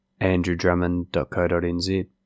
andrewdrummond.co.nz